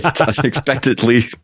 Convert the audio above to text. unexpectedly